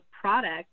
product